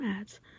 ads